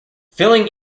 filling